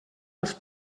els